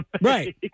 right